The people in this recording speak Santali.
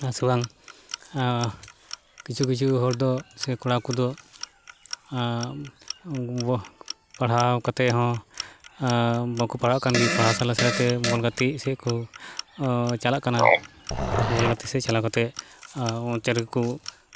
ᱦᱮᱸᱥᱮ ᱵᱟᱝ ᱠᱤᱪᱷᱩ ᱠᱤᱪᱷᱩ ᱦᱚᱲᱫᱚ ᱥᱮ ᱠᱚᱲᱟ ᱠᱚᱫᱚ ᱯᱟᱲᱦᱟᱣ ᱠᱟᱛᱮ ᱦᱚᱸ ᱵᱟᱠᱚ ᱯᱟᱲᱦᱟᱜᱠᱟᱱ ᱜᱮ ᱯᱟᱲᱦᱟᱜ ᱥᱚᱸᱜᱮ ᱥᱚᱸᱜᱮᱛᱮ ᱵᱚᱞ ᱜᱟᱛᱮ ᱥᱮᱡᱠᱚ ᱪᱟᱞᱟᱜ ᱠᱟᱱᱟ ᱵᱚᱞ ᱜᱟᱛᱮᱥᱮᱡ ᱪᱟᱞᱟᱣ ᱠᱟᱛᱮ ᱚᱱᱛᱮᱨᱮ ᱜᱮ ᱠᱚ